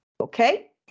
Okay